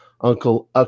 Uncle